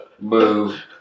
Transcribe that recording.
move